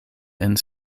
and